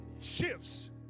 shifts